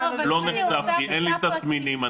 כי אין לי תסמינים,